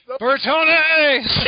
Bertone